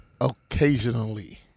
occasionally